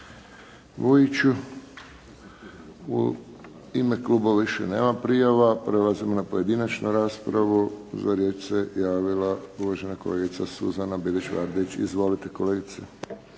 Vujiću. U ime klubova više nema prijava. Prelazimo na pojedinačnu raspravu. Za riječ se javila uvažena kolegica Suzana Bilić Vardić. Izvolite kolegice.